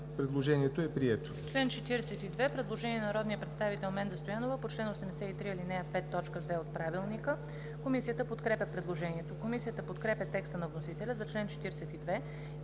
Предложението е прието.